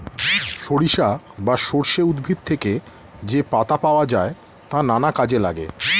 সরিষা বা সর্ষে উদ্ভিদ থেকে যে পাতা পাওয়া যায় তা নানা কাজে লাগে